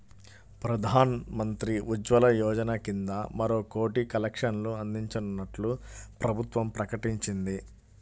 ప్రధాన్ మంత్రి ఉజ్వల యోజన కింద మరో కోటి కనెక్షన్లు అందించనున్నట్లు ప్రభుత్వం ప్రకటించింది